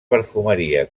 perfumeria